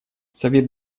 совет